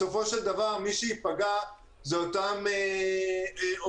בסופו של דבר, מי שייפגע זה אותם עובדים